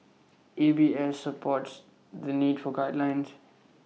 A B S supports the need for guidelines